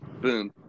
boom